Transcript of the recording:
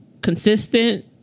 consistent